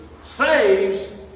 saves